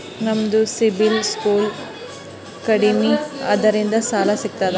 ನಮ್ದು CIBIL score ಕಡಿಮಿ ಅದರಿ ಸಾಲಾ ಸಿಗ್ತದ?